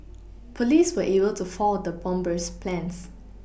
police were able to foil the bomber's plans